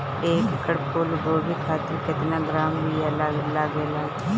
एक एकड़ फूल गोभी खातिर केतना ग्राम बीया लागेला?